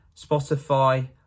Spotify